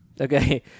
Okay